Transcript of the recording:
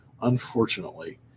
Unfortunately